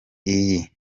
iyi